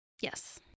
Yes